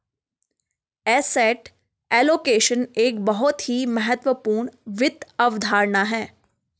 asset allocation एक बहुत ही महत्वपूर्ण वित्त अवधारणा है